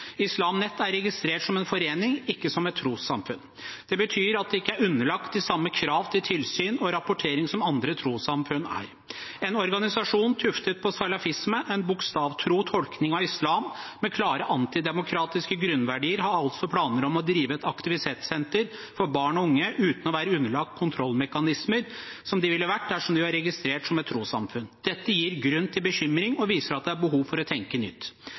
Islam Net er registrert som en forening, ikke som et trossamfunn. Det betyr at den ikke er underlagt de samme krav til tilsyn og rapportering som det andre trossamfunn er. En organisasjon tuftet på salafisme, en bokstavtro tolkning av islam med klare antidemokratiske grunnverdier, har altså planer om å drive et aktivitetssenter for barn og unge uten å være underlagt kontrollmekanismer slik de ville vært dersom de var registrert som et trossamfunn. Dette gir grunn til bekymring og viser at det er behov for å tenke nytt.